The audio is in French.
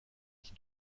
qui